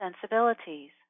sensibilities